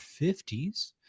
50s